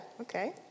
okay